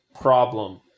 problem